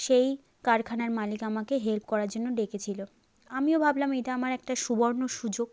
সেই কারখানার মালিক আমাকে হেল্প করার জন্য ডেকেছিলো আমিও ভাবলাম এটা আমার একটা সুবর্ণ সুযোগ